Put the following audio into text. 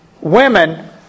women